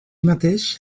mateix